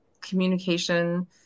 communication